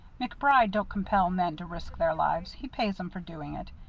macbride don't compel men to risk their lives he pays em for doing it,